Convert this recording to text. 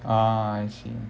ah I see